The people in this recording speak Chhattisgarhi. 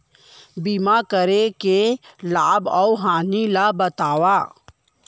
बीमा करे के लाभ अऊ हानि ला बतावव